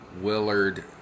Willard